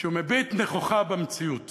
כשהוא מביט נכוחה במציאות